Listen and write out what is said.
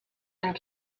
and